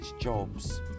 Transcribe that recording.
jobs